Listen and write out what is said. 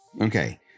Okay